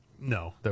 No